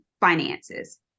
finances